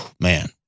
man